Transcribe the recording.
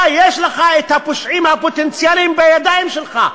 אתה, יש לך את הפושעים הפוטנציאליים בידיים שלך.